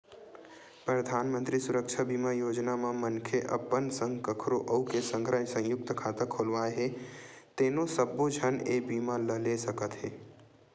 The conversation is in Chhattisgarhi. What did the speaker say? परधानमंतरी सुरक्छा बीमा योजना म मनखे अपन संग कखरो अउ के संघरा संयुक्त खाता खोलवाए हे तेनो सब्बो झन ए बीमा ल ले सकत हे